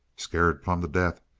scared plum to death.